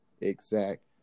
exact